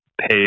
pay